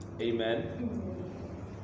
Amen